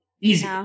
Easy